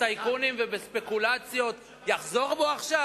לטייקונים ובספקולציות יחזור בו עכשיו?